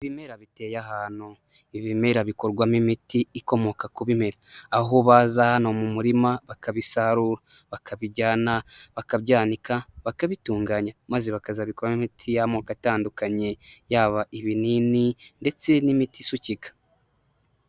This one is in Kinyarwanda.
Ibimera biteye ahantu, ibimera bikorwamo imiti ikomoka ku bimera, aho baza hano mu murima bakabisarura bakabijyana bakabyanika bakabitunganya maze bakazabikora imiti y'amoko atandukanye, yaba ibinini ndetse n'imiti isukika.